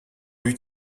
lui